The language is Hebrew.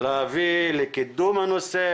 להביא לקידום הנושא,